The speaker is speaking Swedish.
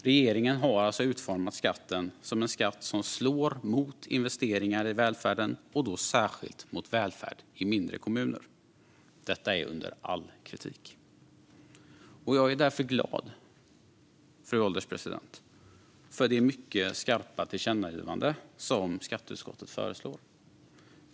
Regeringen har alltså utformat skatten som en skatt som slår mot investeringar i välfärden och då särskilt mot välfärd i mindre kommuner. Detta är under all kritik. Jag är därför glad, fru ålderspresident, för det mycket skarpa tillkännagivande som skatteutskottet föreslår.